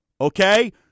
okay